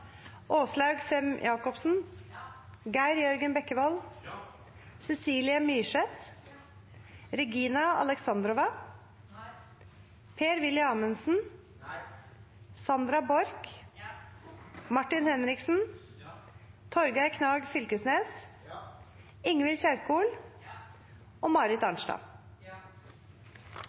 Åslaug Sem-Jacobsen, Geir Jørgen Bekkevold, Cecilie Myrseth, Sandra Borch, Martin Henriksen, Torgeir Knag Fylkesnes, Ingvild Kjerkol, Marit Arnstad,